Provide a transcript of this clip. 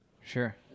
Sure